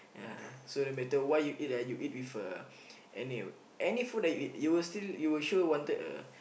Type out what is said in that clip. yeah so no matter what you eat ah you with uh any any food that you eat you will still you will sure wanted a